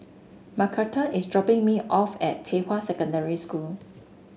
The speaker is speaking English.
Macarthur is dropping me off at Pei Hwa Secondary School